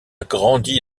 grandi